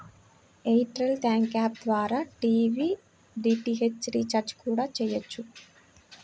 air tell thanks app ద్వారా TV DTH recharge కూడా చెయ్యొచ్చు